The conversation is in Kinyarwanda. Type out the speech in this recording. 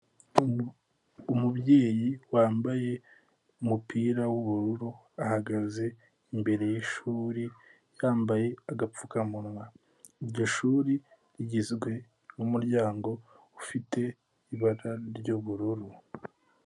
Umubyeyi wambaye umupira w'ubururu, ahagaze imbere y'ishuri, yambaye agapfukamunwa. Iryo shuri rigizwe n'umuryango ufite ibara ry'ubururu.